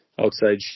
outside